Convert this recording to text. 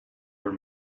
were